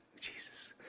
Jesus